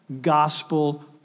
gospel